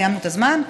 סיימנו את הזמן?